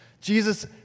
Jesus